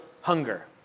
hunger